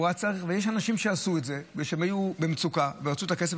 יש אנשים שעשו את זה בגלל שהם היו במצוקה ורצו את הכסף.